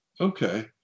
okay